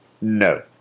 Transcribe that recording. No